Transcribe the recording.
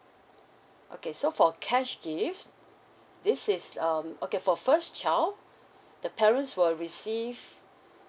okay so for cash gifts this is um okay for first child the parents will receive